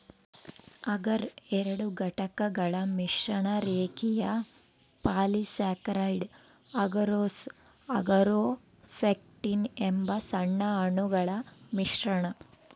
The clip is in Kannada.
ಅಗರ್ ಎರಡು ಘಟಕಗಳ ಮಿಶ್ರಣ ರೇಖೀಯ ಪಾಲಿಸ್ಯಾಕರೈಡ್ ಅಗರೋಸ್ ಅಗಾರೊಪೆಕ್ಟಿನ್ ಎಂಬ ಸಣ್ಣ ಅಣುಗಳ ಮಿಶ್ರಣ